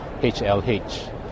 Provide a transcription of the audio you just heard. HLH